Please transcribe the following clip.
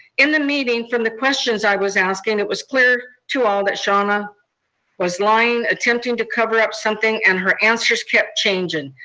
in the meeting from the questions i was asking, it was clear to all that shauna was lying, attempting to cover up something, and her answers kept changing.